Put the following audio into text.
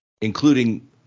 including